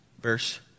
Verse